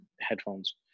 headphones